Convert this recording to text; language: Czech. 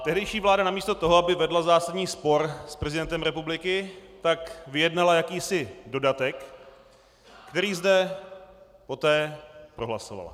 Tehdejší vláda namísto toho, aby vedla zásadní spor s prezidentem republiky, vyjednala jakýsi dodatek, který zde poté prohlasovala.